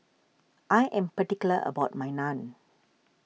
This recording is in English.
I am particular about my Naan